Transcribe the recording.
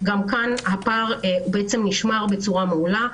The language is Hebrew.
הפער נשמר בצורה מעולה,